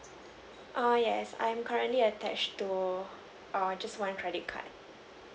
err yes I'm currently attached to err just one credit card